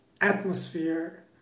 atmosphere